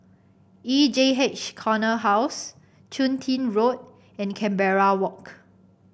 E J H Corner House Chun Tin Road and Canberra Walk